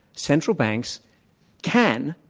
central banks can